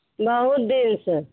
बहुत दिनसँ